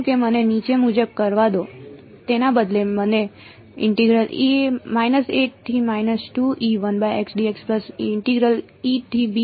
તેથી આ divergent integral ની વ્યાખ્યા છે તમે તેને અન્ય કેસ માટે અજમાવી શકો છો તમને ખબર પડશે કે તે કન્વર્જન્ટ છે અને તેમાં કોઈ સમસ્યા નથી તેથી ઠીક છે પરંતુ 1x માં આ સમસ્યા છે તેથી તે એક અલગ ઇન્ટેગ્રલ છે